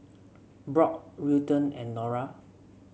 Brock Wilton and Nora